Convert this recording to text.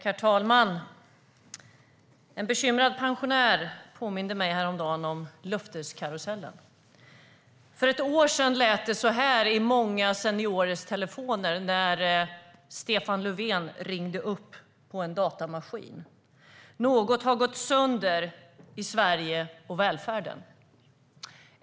Herr talman! En bekymrad pensionär påminde mig häromdagen om löfteskarusellen. För ett år sedan lät det så här i många seniorers telefon när Stefan Löfven ringde upp på en datamaskin: Något har gått sönder i Sverige och i välfärden.